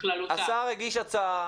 השר הגיש הצעה,